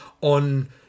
on